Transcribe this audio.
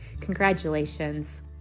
Congratulations